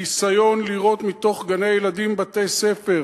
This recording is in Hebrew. הניסיון לירות מתוך גני-ילדים ובתי-ספר